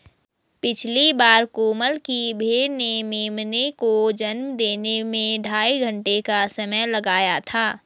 पिछली बार कोमल की भेड़ ने मेमने को जन्म देने में ढाई घंटे का समय लगाया था